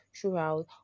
throughout